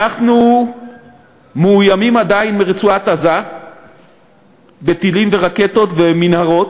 אנחנו מאוימים עדיין מרצועת-עזה בטילים ורקטות ומנהרות,